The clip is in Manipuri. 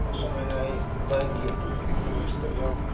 ꯑꯁꯨꯃꯥꯏꯅ ꯑꯩ ꯕꯥꯏꯛꯀꯤ ꯔꯦꯁꯇ ꯌꯥꯎꯈꯤ